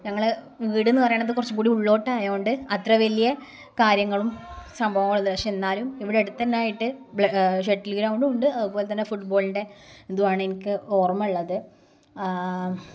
ഞങ്ങള് വീടെന്നു പറയുന്നത് കുറച്ചുങ്കൂടി ഉള്ളോട്ടായോണ്ട് അത്ര വലിയ കാര്യങ്ങളും സംഭവങ്ങളുമില്ല പക്ഷേ എന്നാലും ഇവിടടുത്തു തന്നെയായിട്ട് ഷട്ടില് ഗ്രൗണ്ടുമുണ്ട് അതുപോലെതന്നെ ഫുട്ബോളിന്റെ ഇതുമാണ് എനിക്കോര്മ്മയുള്ളത്